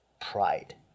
pride